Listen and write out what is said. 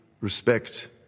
respect